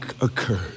occurred